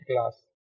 class